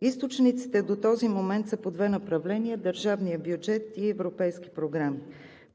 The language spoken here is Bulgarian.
Източниците до този момент са по две направления – държавния бюджет и европейски програми.